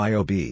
Yob